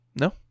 no